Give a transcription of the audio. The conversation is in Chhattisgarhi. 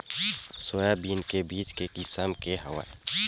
सोयाबीन के बीज के किसम के हवय?